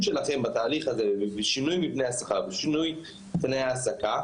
שלכם בתהליך הזה ובשינוי מבנה השכר ובשינוי תנאי ההעסקה,